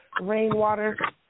rainwater